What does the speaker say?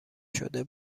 شده